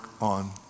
on